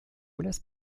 lässt